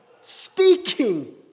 speaking